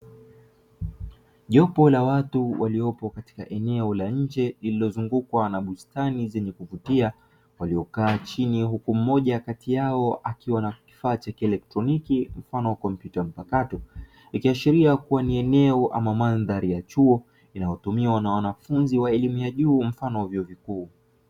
Jopo la watu waliopo katika eneo la nje, lililozungukwa na bustani zenye kuvutia, waliokaa chini, huku mmoja kati yao akiwa na kifaa cha kieletroniki mfano wa kompyuta mpakato. Ikiashiria kuwa ni eneo au mandhari ya chuo inayotumiwa na wanafunzi wa elimu ya juu mfano wa vyuo vikuu.